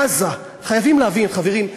עזה, חייבים להבין, חברים,